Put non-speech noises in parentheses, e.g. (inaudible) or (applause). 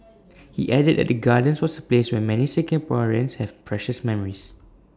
(noise) he added that the gardens was A place where many Singaporeans have precious memories